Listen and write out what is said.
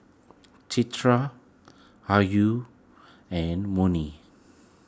Citra Ayu and Murni